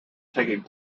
taking